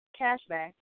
cashback